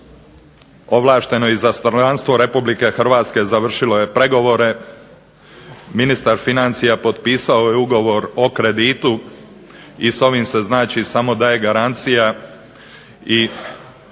Ovlašteno izaslanstvo RH završilo je pregovore. Ministar financija potpisao je ugovor o kreditu i s ovim se znači samo daje garancija i